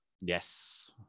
Yes